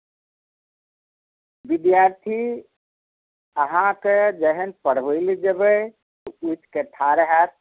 विद्यार्थी अहाँके जखन पढ़बै लए जेबै तऽ उठि कऽ ठाढ़ होयत